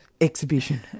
exhibition